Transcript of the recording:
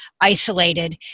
isolated